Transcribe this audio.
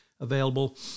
available